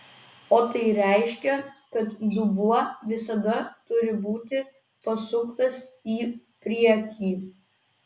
o tai reiškia kad dubuo visada turi būti pasuktas į priekį